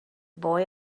boy